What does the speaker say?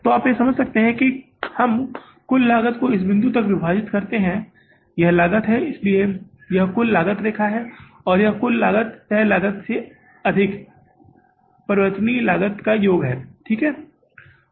तो आप यहां समझ सकते हैं कि हम कुल लागत को इस बिंदु तक विभाजित कर रहे हैं यह लागत है इसलिए यह कुल लागत रेखा है और कुल लागत तय लागत से अधिक चर लागत का योग है ठीक है